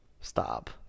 Stop